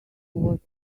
what